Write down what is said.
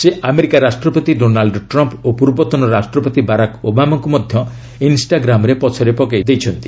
ସେ ଆମେରିକା ରାଷ୍ଟ୍ରପତି Donald Trump ଓ ପୂର୍ବତନ ରାଷ୍ଟ୍ରପତି ବାରାକ ଓବାମାଙ୍କୁ ମଧ୍ୟ ଇନ୍ଷ୍ଟାଗ୍ରାମରେ ପଛରେ ପକାଇଦେଇଛନ୍ତି